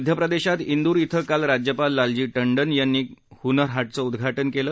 मध्यप्रदेशात इंदूर इथं काल राज्यपाल लालजी टंडन यांनी काल हूनर हाटचं उदघाटन केलं